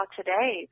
today